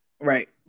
Right